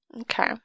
Okay